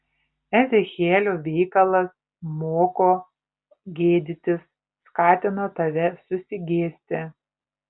ezechielio veikalas moko gėdytis skatina tave susigėsti